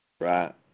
Right